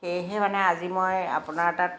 সেয়েহে মানে আজি মই আপোনাৰ তাত